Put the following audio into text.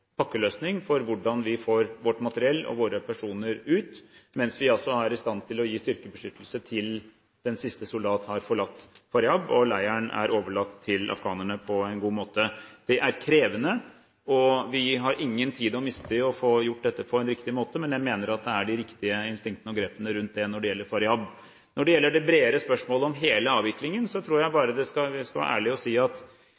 pakkeløsning for hvordan vi får vårt materiell og våre personer ut, mens vi altså er i stand til å gi styrkebeskyttelse til den siste soldat har forlatt Faryab og leiren er overlatt til afghanerne på en god måte. Det er krevende, og vi har ingen tid å miste i å få gjort dette på en riktig måte, men jeg mener det er de riktige instinktene og grepene rundt det når det gjelder Faryab. Når det gjelder det bredere spørsmålet om hele avviklingen, tror jeg